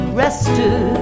rested